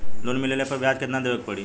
Loan मिलले पर ब्याज कितनादेवे के पड़ी?